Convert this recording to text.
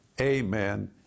amen